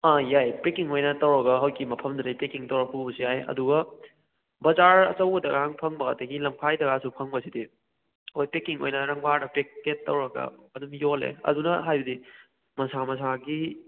ꯑꯥ ꯌꯥꯏ ꯄꯦꯛꯀꯤꯡ ꯑꯣꯏꯅ ꯇꯧꯔꯒ ꯍꯧꯏꯀꯤ ꯃꯐꯝꯗꯨꯗꯒꯤ ꯄꯦꯛꯀꯤꯡ ꯇꯧꯔꯒ ꯄꯨꯕꯁꯨ ꯌꯥꯏ ꯑꯗꯨꯒ ꯕꯖꯥꯔ ꯑꯆꯧꯕꯗꯒ ꯐꯪꯕ ꯑꯗꯨꯗꯒꯤ ꯂꯝꯈꯥꯏꯗꯒꯁꯨ ꯐꯪꯕꯁꯤꯗꯤ ꯑꯩꯈꯣꯏ ꯄꯦꯛꯀꯤꯡ ꯑꯣꯏꯅ ꯔꯪꯕꯥꯗ ꯄꯦꯛꯀꯦꯠ ꯇꯧꯔꯒ ꯑꯗꯨꯝ ꯌꯣꯜꯂꯦ ꯑꯗꯨꯅ ꯍꯥꯏꯕꯗꯤ ꯃꯁꯥ ꯃꯁꯥꯒꯤ